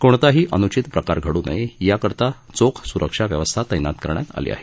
कोणताही अन्चित प्रकार घड्ड नये याकरता चोख स्रक्षा व्यवस्था तैनात करण्यात आली आहे